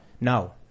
No